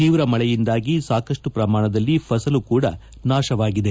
ತೀವ್ರ ಮಳೆಯಿಂದಾಗಿ ಸಾಕಷ್ಟು ಪ್ರಮಾಣದಲ್ಲಿ ಫಸಲು ನಾಶವಾಗಿದೆ